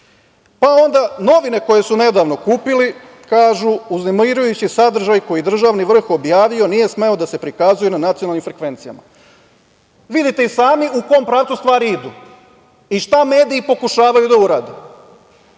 Onda novine koje su nedavno kupili kažu – uznemirujući sadržaj koji je državni vrh objavio nije smeo da se prikazuje na nacionalnim frekvencijama. Vidite i sami u kom pravcu stvari idu i šta mediji pokušavaju da urade,